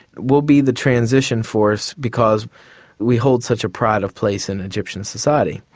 we'll be the transition force because we hold such a pride of place in egyptian society.